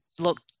look